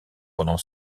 pendant